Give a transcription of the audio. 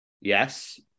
Yes